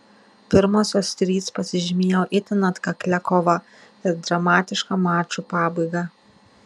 pirmosios trys pasižymėjo itin atkaklia kova ir dramatiška mačų pabaiga